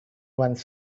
one